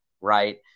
right